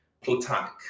platonic